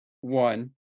one